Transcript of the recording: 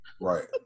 Right